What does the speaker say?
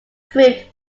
proved